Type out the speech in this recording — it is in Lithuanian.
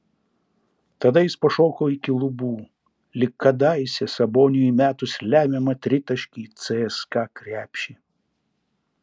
tada jis pašoko iki lubų lyg kadaise saboniui įmetus lemiamą tritaškį į cska krepšį